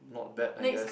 not bad I guess